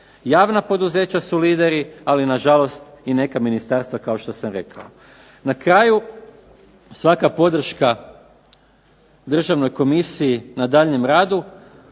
Javna poduzeća su lideri, ali nažalost i neka ministarstva kao što sam rekao. Na kraju, svaka podrška Državnoj komisiji na daljnjem radu,